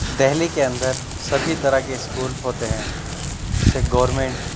دہلی کے اندر سبھی طرح کے اسکول ہوتے ہیں جیسے گورمینٹ